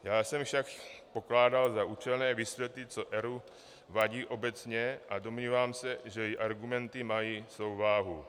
Já jsem však pokládal za účelné vysvětlit, co ERÚ vadí obecně, a domnívám se, že i argumenty mají svou váhu.